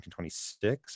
1926